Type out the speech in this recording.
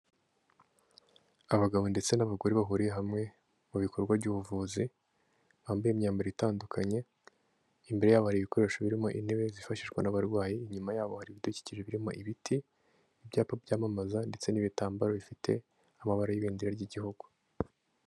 Abagabo ndetse n'abagore bahuriye hamwe mu bikorwa by'ubuvuzi bambaye imyambaro itandukanye, imbere y'abo hari ibikoresho birimo intebe zifashishwa n'abarwayi, inyuma y'abo hari ibidukije birimo ibiti ,ibyapa byamamaza ndetse n'ibitambaro bifite amabara y'ibendera ry'igihugu.